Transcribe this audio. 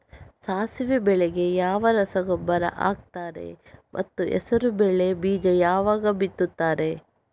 ಸಾಸಿವೆ ಬೆಳೆಗೆ ಯಾವ ರಸಗೊಬ್ಬರ ಹಾಕ್ತಾರೆ ಮತ್ತು ಹೆಸರುಬೇಳೆ ಬೀಜ ಯಾವಾಗ ಬಿತ್ತುತ್ತಾರೆ?